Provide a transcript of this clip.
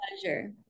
pleasure